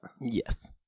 Yes